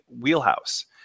wheelhouse